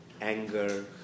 anger